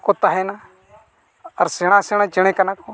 ᱠᱚ ᱛᱟᱦᱮᱱᱟ ᱟᱨ ᱥᱮᱬᱟ ᱥᱮᱬᱟ ᱪᱮᱬᱮ ᱠᱟᱱᱟ ᱠᱚ